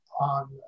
on